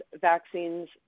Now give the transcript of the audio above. vaccines